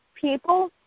people